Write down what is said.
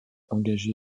engagé